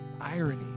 irony